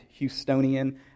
Houstonian